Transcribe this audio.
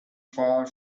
far